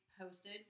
posted